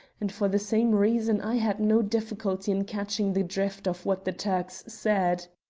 and for the same reason i had no difficulty in catching the drift of what the turks said.